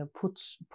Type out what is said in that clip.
puts